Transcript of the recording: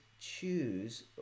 choose